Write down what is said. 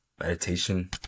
Meditation